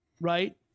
right